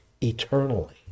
eternally